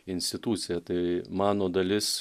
institucija tai mano dalis